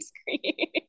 screen